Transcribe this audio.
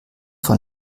vor